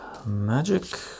Magic